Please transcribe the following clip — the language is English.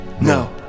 No